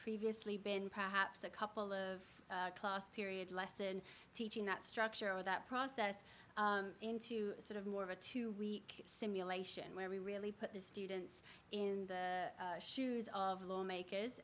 previously been perhaps a couple of class period less than teaching that structure or that process into sort of more of a two week simulation where we really put the students in the shoes of lawmakers